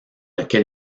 lequel